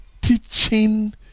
teaching